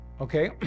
okay